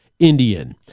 Indian